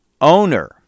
owner